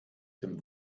dem